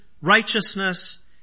righteousness